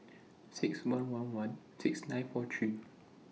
six one one one six nine four three